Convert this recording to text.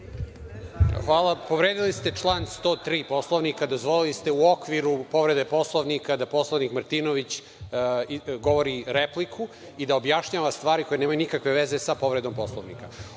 Hvala. Povredili ste član 103. Poslovnika, dozvolili ste u okviru povrede Poslovnika da poslanik Martinović govori repliku i da objašnjava stvari koje nemaju nikakve veze sa povredom Poslovnika. Ovo